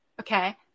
Okay